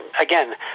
again